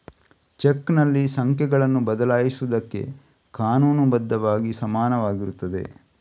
ಚೆಕ್ನಲ್ಲಿ ಸಂಖ್ಯೆಗಳನ್ನು ಬದಲಾಯಿಸುವುದಕ್ಕೆ ಕಾನೂನು ಬದ್ಧವಾಗಿ ಸಮಾನವಾಗಿರುತ್ತದೆ